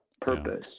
purpose